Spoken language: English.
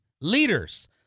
leaders